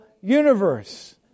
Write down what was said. universe